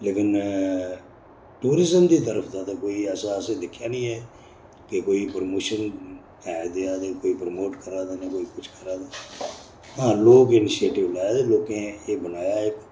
लेकिन टूरिजम दी तरफ दा कोई ऐसा असें दिक्खेआ नेईं ऐं के कोई प्रमोशन ऐ देआ दे कोई प्रमोट करा दे न कोई कुछ करा दे हां लोक इंनिशेटिव लै दे लोकें एह् बनाया ऐ इक